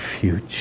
future